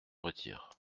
retire